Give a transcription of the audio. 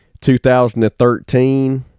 2013